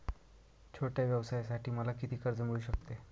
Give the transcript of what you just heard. छोट्या व्यवसायासाठी मला किती कर्ज मिळू शकते?